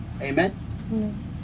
Amen